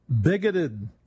bigoted